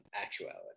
actuality